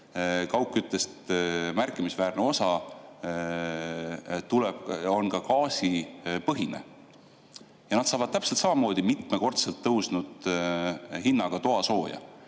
kaugküttest märkimisväärne osa gaasipõhine –, saavad täpselt samamoodi mitmekordselt tõusnud hinnaga toasooja.